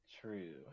True